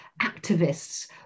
activists